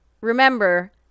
remember